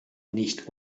nicht